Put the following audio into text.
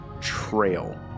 trail